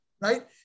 right